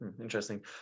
Interesting